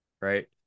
Right